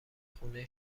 خونه